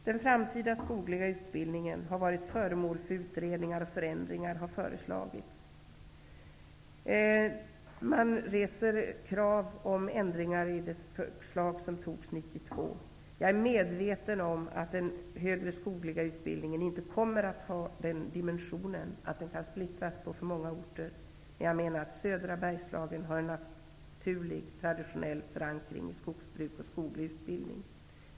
Den framtida skogliga utbildningen har varit föremål för utredningar, och förändringar har föreslagits. Man reser krav på förändringar i det förslag som antogs 1992. Jag är medveten om att den högre skogliga utbildningen inte kommer att ha en sådan dimension att den kan splittras på för många orter. Men jag menar att södra Bergslagen har en naturlig traditionell förankring i skogsbruk och skoglig utbildning.